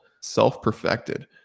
self-perfected